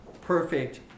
perfect